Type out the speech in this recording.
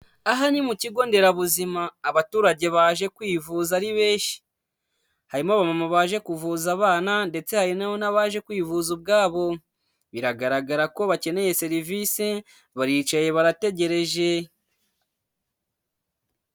Aha ni mu kigo nderabuzima, abaturage baje kwivuza ari benshi, harimo baje kuvuza abana ndetse hari n'abaje kwivuza ubwabo, biragaragara ko bakeneye serivisi, baricaye barategereje.